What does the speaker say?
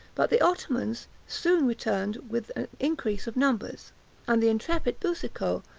but the ottomans soon returned with an increase of numbers and the intrepid boucicault,